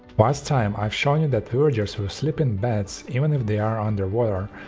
last time i've shown you that villagers will sleep in beds even if they are underwater.